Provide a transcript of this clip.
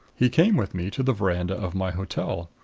he came with me to the veranda of my hotel.